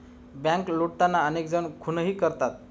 bank लुटताना अनेक जण खूनही करतात